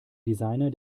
designer